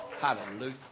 Hallelujah